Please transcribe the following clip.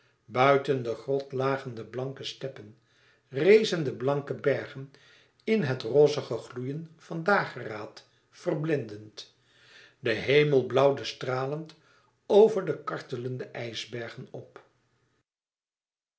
buiten de grot lagen de blanke steppen rezen de blanke bergen in het rozige gloeien van dageraad verblindend de hemel blauwde stralend over de kartelende ijsbergen op